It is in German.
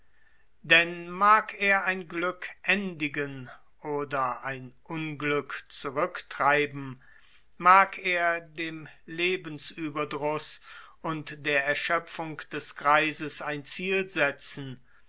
denn mag er ein glück endigen oder ein unglück zurücktreiben mag er dem lebensüberdruß und der erschöpfung des greises ein ziel setzen